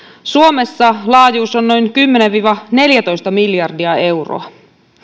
suomessa laajuus on noin kymmenen viiva neljätoista miljardia euroa